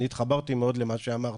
אני התחברתי מאוד למה שאמרת,